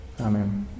Amen